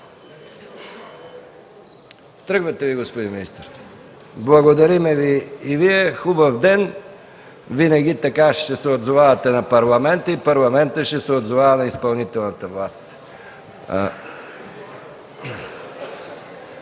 Тръгвате ли, господин министър? Благодарим Ви, хубав ден! Винаги така ще се отзовавате на Парламента и Парламентът ще се отзовава на изпълнителната власт.